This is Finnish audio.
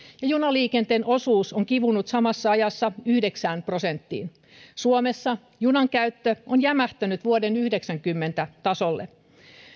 ja junaliikenteen osuus on kivunnut samassa ajassa yhdeksään prosenttiin suomessa junan käyttö on jämähtänyt vuoden yhdeksänkymmentä tasolle